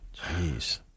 Jeez